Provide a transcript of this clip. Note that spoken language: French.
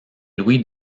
louis